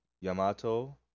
Yamato